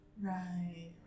Right